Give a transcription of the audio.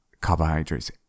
carbohydrates